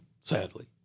Sadly